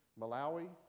Malawi